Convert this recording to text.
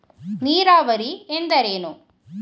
ನೀರಾವರಿ ಎಂದರೇನು?